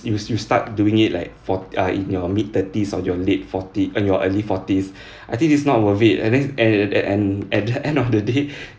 you you start doing it like for~ uh in your mid thirties or your late forty eh your early forties I think this is not worth it and then and and and at the end of the day